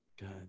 God